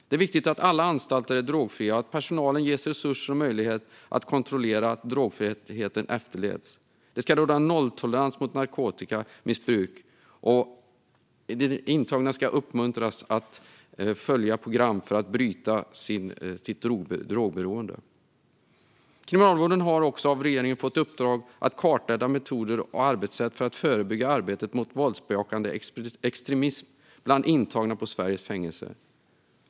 Det är viktigt att alla anstalter är drogfria och att personalen ges resurser och möjligheter att kontrollera att drogfriheten efterlevs. Det ska råda nolltolerans mot narkotikamissbruk, och de intagna ska uppmuntras att följa program för att bryta sitt drogberoende. Kriminalvården har också av regeringen fått i uppdrag att kartlägga metoder och arbetssätt för att förebygga arbetet mot våldsbejakande extremism bland intagna på Sveriges fängelser.